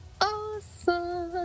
awesome